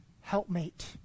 helpmate